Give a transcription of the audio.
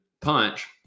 punch